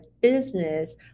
business